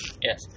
Yes